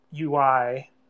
UI